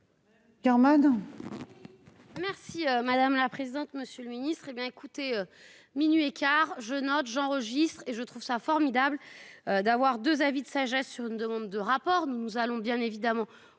Merci madame la présidente, monsieur le ministre. Eh bien écoutez minuit et quart je note j'enregistre et je trouve ça formidable d'avoir deux avis de sagesse sur une demande de rapport. Nous allons bien évidemment